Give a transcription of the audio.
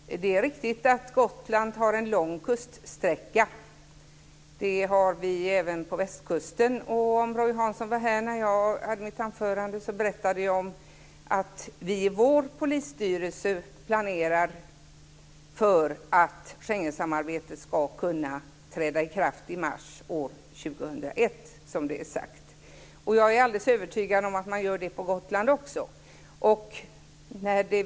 Fru talman! Det är riktigt att Gotland har en lång kuststräcka. Det har vi även på västkusten. Om Roy Hansson var här då jag höll mitt anförande, hörde han att jag berättade om att vi i vår polisstyrelse planerar för att Schengensamarbetet ska kunna träda i kraft i mars år 2001, som det är sagt. Jag är alldeles övertygad om att man gör detta på Gotland också.